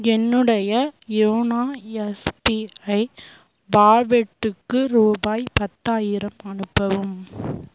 என்னுடைய YONO SBI வாலெட்டுக்கு ரூபாய் பத்தாயிரம் அனுப்பவும்